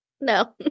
No